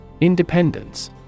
Independence